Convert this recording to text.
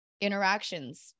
interactions